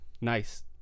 nice